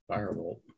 Firebolt